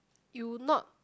you not